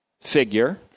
figure